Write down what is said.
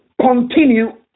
continue